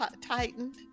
tightened